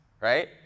right